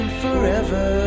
forever